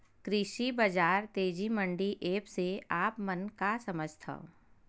कृषि बजार तेजी मंडी एप्प से आप मन का समझथव?